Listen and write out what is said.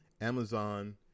Amazon